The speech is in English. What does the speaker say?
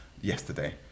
yesterday